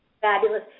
Fabulous